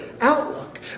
outlook